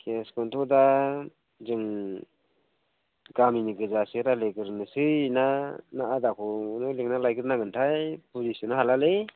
केसखौनोथ' दा जों गामिनि गोजासो रायज्लायगोरनोसै ना आदाखौनो लिंना लायगोरनांगोनथाय बुजिस'नो हालालै